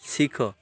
ଶିଖ